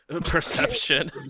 perception